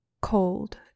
cold